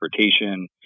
transportation